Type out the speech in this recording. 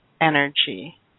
energy